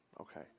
Okay